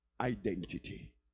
identity